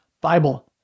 bible